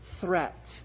threat